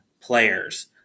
players